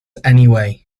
anyway